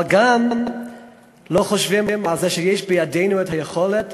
אבל גם לא חושבים שיש בידינו היכולת